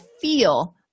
feel